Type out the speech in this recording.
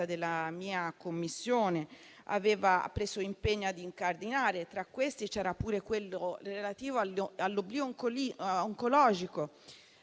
della mia Commissione aveva preso l'impegno di incardinare e tra questi c'era anche quello relativo all'oblio oncologico.